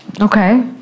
Okay